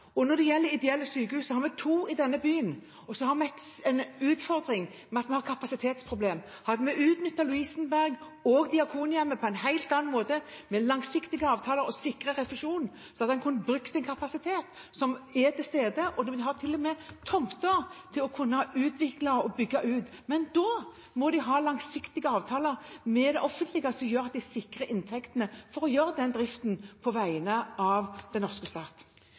gjelder ideelle sykehus, har vi to i denne byen, og vi har en utfordring med at vi har kapasitetsproblemer. Hadde en utnyttet Lovisenberg og Diakonhjemmet på en helt annen måte, med langsiktige avtaler og sikret refusjon, hadde en kunnet bruke den kapasiteten som er der, og en ville til og med hatt tomter å kunne utvikle og bygge ut. Men da må de ha langsiktige avtaler med det offentlige som gjør at de sikrer inntektene, for å drifte dette på vegne av den norske stat.